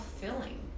filling